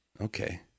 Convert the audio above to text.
Okay